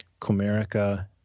Comerica